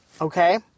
Okay